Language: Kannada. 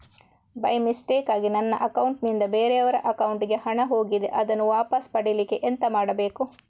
ಬೈ ಮಿಸ್ಟೇಕಾಗಿ ನನ್ನ ಅಕೌಂಟ್ ನಿಂದ ಬೇರೆಯವರ ಅಕೌಂಟ್ ಗೆ ಹಣ ಹೋಗಿದೆ ಅದನ್ನು ವಾಪಸ್ ಪಡಿಲಿಕ್ಕೆ ಎಂತ ಮಾಡಬೇಕು?